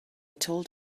told